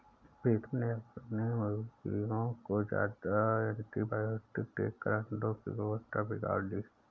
प्रीतम ने अपने मुर्गियों को ज्यादा एंटीबायोटिक देकर अंडो की गुणवत्ता बिगाड़ ली